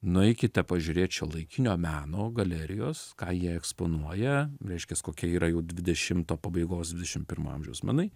nueikite pažiūrėt šiuolaikinio meno galerijos ką jie eksponuoja reiškias kokie yra jau dvidešimo pabaigos dvidešim pirmo amžiaus menai